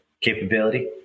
capability